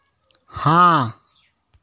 हाँ